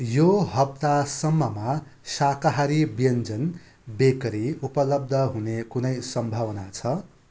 यो हप्तासम्ममा शाकाहारी व्यञ्जन बेकरी उपलब्ध हुने कुनै सम्भावना छ